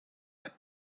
end